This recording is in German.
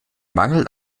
mangel